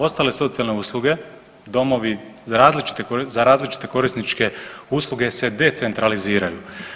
Ostale socijalne usluge domovi za različite korisničke usluge se decentraliziraju.